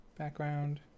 background